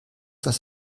das